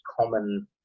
common